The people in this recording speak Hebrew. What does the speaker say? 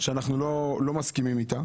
אנחנו לא מסכימים איתה